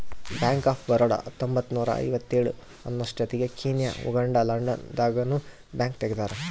bank of Baroda ಹತ್ತೊಂಬತ್ತ್ನೂರ ಐವತ್ತೇಳ ಅನ್ನೊಸ್ಟಿಗೆ ಕೀನ್ಯಾ ಉಗಾಂಡ ಲಂಡನ್ ದಾಗ ನು ಬ್ಯಾಂಕ್ ತೆಗ್ದಾರ